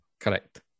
Correct